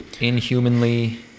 inhumanly